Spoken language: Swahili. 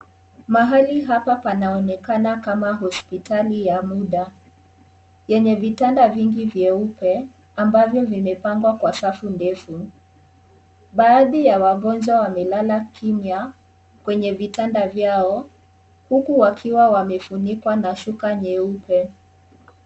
Mahali hapa panaonekana kama hospitali yamuda yenye vitanda vingi vieupe ambazo zimepangwa kwa safu ndefu baadhi ya wagonjwa wamelaa kimnya kwenye vitanda vyao huku wakiwa wamefunikwa na shuka nyeupe.